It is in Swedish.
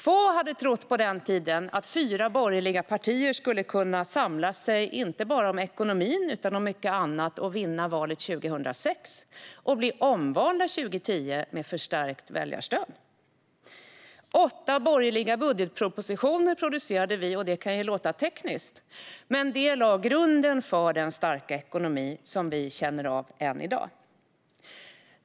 Få hade trott på den tiden att fyra borgerliga partier skulle kunna gå samman inte bara om ekonomin utan även om mycket annat och vinna valet 2006 - och bli omvalda 2010 med förstärkt väljarstöd. Åtta borgerliga budgetpropositioner producerade vi. Det kan låta tekniskt, men de lade grunden för den starka ekonomi som vi känner av än i dag.